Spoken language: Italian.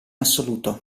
assoluto